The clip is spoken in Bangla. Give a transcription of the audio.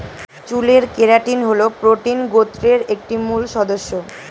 চুলের কেরাটিন হল প্রোটিন গোত্রের একটি মূল সদস্য